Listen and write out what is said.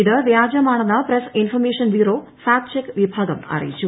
ഇതു വ്യാജമാണെന്ന് press information bureau fact check വിഭാഗം അറിയിച്ചു